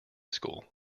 school